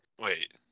wait